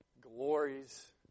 glories